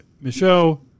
Michelle